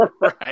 Right